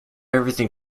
everything